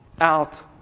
out